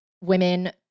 women